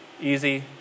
Easy